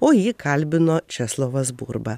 o jį kalbino česlovas burba